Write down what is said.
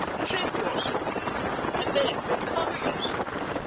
shake yourself a little, i beg, recover yourself,